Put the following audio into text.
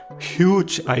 huge